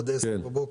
עד 10:00 בבוקר.